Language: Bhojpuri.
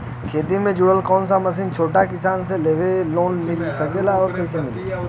खेती से जुड़ल कौन भी मशीन छोटा किसान के लोन मिल सकेला और कइसे मिली?